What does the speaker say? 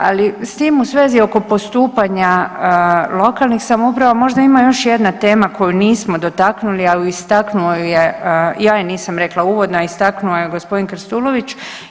Ali s tim u svezi oko postupanja lokalnih samouprava možda ima još jedna tema koju nismo dotaknuli, a istaknuo ju je, ja je nisam rekla, uvodno ju je istaknuo gospodin Krstulović.